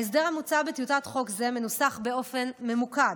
ההסדר המוצע בטיוטת חוק זו מנוסח באופן ממוקד,